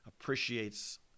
appreciates